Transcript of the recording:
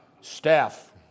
Staff